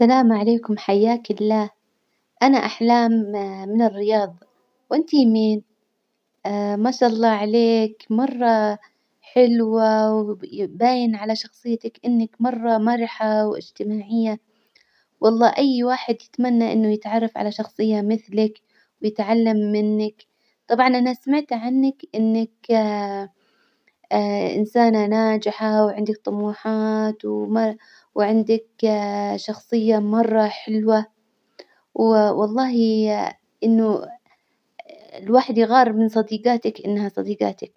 السلام عليكم، حياكي الله، أنا أحلام من الرياض، وإنتي مين? ما شا الله عليك مرة حلوة، باين على شخصيتك إنك مرة مرحة وإجتماعية، والله أي واحد يتمنى إنه يتعرف على شخصية مثلك ويتعلم منك، طبعا أنا سمعت عنك إنك إنسانة ناجحة وعندك طموحات ومر- وعندك شخصية مرة حلوة، والله إنه الواحد يغار من صديجاتك إنها صديجاتك.